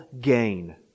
gain